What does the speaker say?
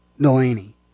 Delaney